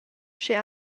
sche